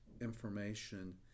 information